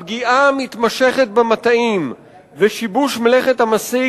הפגיעה המתמשכת במטעים ושיבוש מלאכת המסיק